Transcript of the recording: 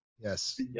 yes